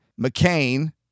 McCain